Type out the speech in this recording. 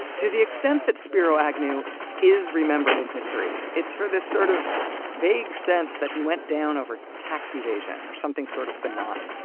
to the extent that spiro agnew is remembered in history, it's for this sort of vague sense that he went down over tax evasion or something sort of benign.